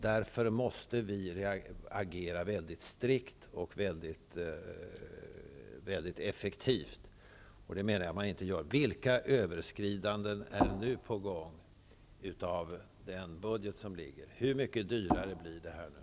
Därför måste vi agera mycket strikt och mycket effektivt. Det gör man inte. Vilka överskridanden av den gällande budgeten är nu på gång? Hur mycket dyrare blir det nu?